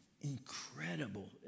Incredible